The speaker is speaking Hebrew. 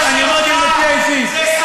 אני אמרתי את עמדתי האישית.